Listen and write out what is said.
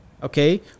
Okay